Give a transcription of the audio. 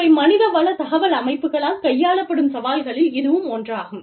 இவை மனிதவள தகவல் அமைப்புகளால் கையாளப்படும் சவால்களில் இதுவும் ஒன்றாகும்